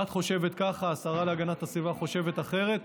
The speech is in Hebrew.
את חושבת כך, השרה להגנת הסביבה חושבת אחרת,